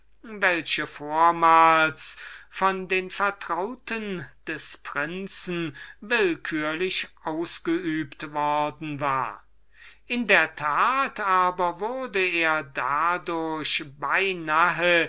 welche vormals von den vertrauten des prinzen willkürlich ausgeübt worden war in der tat aber wurde er dadurch